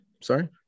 sorry